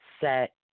set